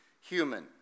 human